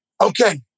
okay